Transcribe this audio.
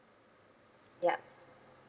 yup